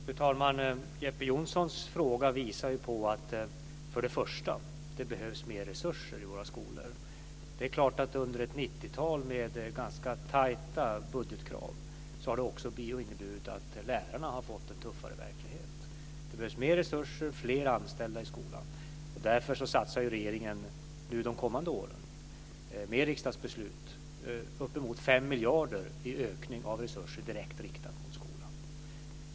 Fru talman! Jeppe Johnssons fråga visar för det första att det behövs mer resurser i skolan. Det är klart att 90-talets ganska tajta budgetkrav har inneburit att lärarna har fått en tuffare verklighet. Det behövs mer resurser och fler anställda i skolan. Därför satsar regeringen de kommande åren, med riksdagsbeslut i ryggen, uppemot 5 miljarder kronor på en ökning av resurserna direkt riktade mot skolan.